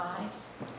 eyes